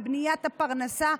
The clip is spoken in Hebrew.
בבניית הפרנסה,